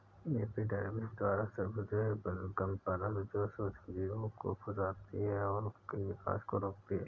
epidermis द्वारा स्रावित बलगम परत जो सूक्ष्मजीवों को फंसाती है और उनके विकास को रोकती है